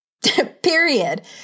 period